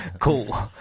cool